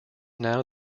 now